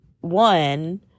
one